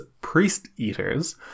priest-eaters